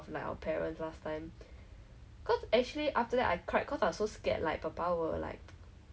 then like I guess cause school not supposed to useful phone then the teacher was so strict about it she actually took my phone